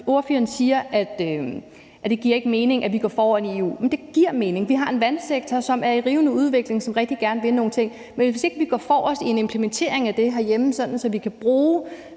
ordføreren siger, at det ikke giver mening, vi går foran i EU, vil jeg sige, at det giver mening. Vi har en vandsektor, som er i rivende udvikling, som rigtig gerne vil nogle ting, men hvis ikke vi går forrest i en implementering af det herhjemme, sådan at vi kan bruge